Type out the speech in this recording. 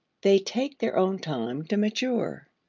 they take their own time to mature.